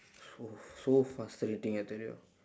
so so frustrating I tell you